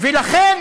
ולכן